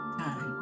time